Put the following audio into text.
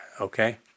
okay